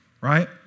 right